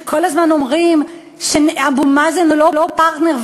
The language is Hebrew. שכל הזמן אומרים שאבו מאזן הוא לא פרטנר,